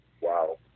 Wow